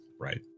right